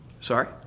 sorry